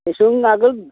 दिसुन आगोल